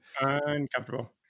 Uncomfortable